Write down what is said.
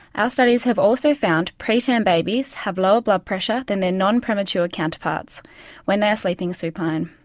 our studies have also found preterm babies have lower blood pressure than their non-prematurity counterparts when they are sleeping supine.